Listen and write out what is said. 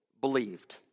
believed